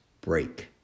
break